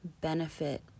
benefit